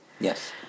Yes